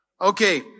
Okay